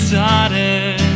started